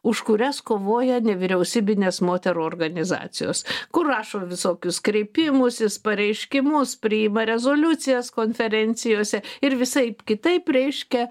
už kurias kovoja nevyriausybinės moterų organizacijos kur rašo visokius kreipimusis pareiškimus priima rezoliucijas konferencijose ir visaip kitaip reiškia